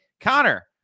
Connor